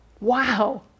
Wow